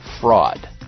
fraud